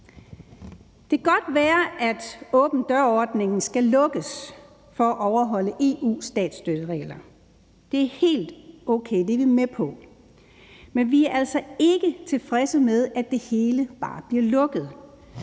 Det kan godt være, at åben dør-ordningen skal lukkes for at overholde EU's statsstøtteregler. Det er helt okay; det er vi med på, men vi er altså ikke tilfredse med, at det hele bare bliver lukket,